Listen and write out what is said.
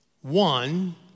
One